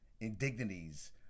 indignities